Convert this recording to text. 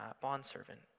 bondservant